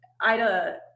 Ida